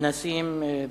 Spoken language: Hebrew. נָסים דִיבּ.